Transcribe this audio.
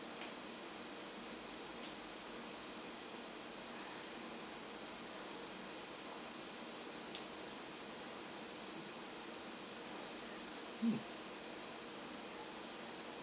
mm